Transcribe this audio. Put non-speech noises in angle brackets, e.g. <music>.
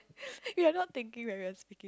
<laughs> you're not thinking when you're saying